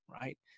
right